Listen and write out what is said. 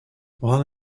while